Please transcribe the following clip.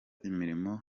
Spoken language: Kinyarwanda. imirimo